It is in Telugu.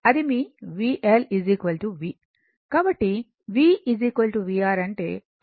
కాబట్టి v vR అంటే i R Ldi dt